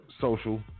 Social